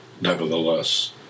nevertheless